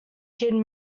kid